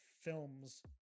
films